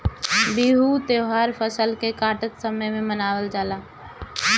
बिहू त्यौहार फसल के काटत समय मनावल जाला